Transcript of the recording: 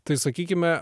tai sakykime